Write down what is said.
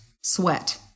sweat